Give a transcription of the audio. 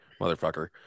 motherfucker